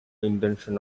intention